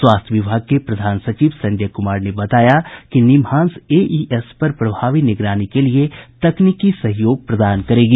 स्वास्थ्य विभाग के प्रधान सचिव संजय कुमार ने बताया कि निमहांस एईएस पर प्रभावी निगरानी के लिए तकनीकी सहयोग प्रदान करेगी